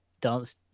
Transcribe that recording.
dance